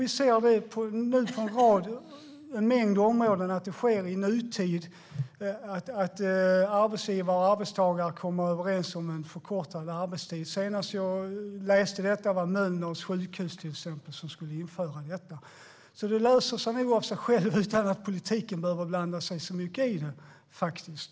Vi ser på en rad områden att arbetsgivare och arbetstagare kommer överens om en förkortad arbetstid. Jag läste senast att Mölndals sjukhus ska införa detta. Det löser sig alltså nog av sig självt utan att politiken behöver blanda sig så mycket i det.